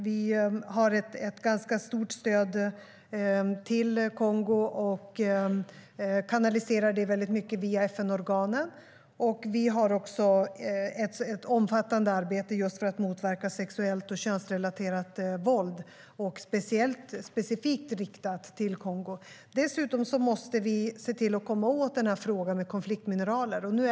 Vi har ett ganska omfattande stöd till Kongo som vi till stor del kanaliserar via FN-organen. Vi har även ett omfattande arbete för att motverka just sexuellt och könsrelaterat våld, specifikt riktat till Kongo. Dessutom måste vi se till att komma åt problemet med konfliktmineraler.